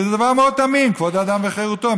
זה דבר מאוד תמים, כבוד אדם וחירותו.